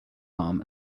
arm